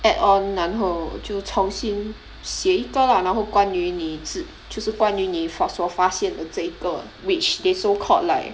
add on 然后就重新写一个 lah 然后关于你之就是关于你 sort 所发现的这一个 which they so called like